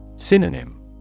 Synonym